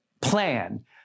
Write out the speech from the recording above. plan